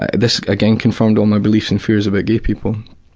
ah this again confirmed all my beliefs and fears about gay people,